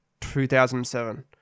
2007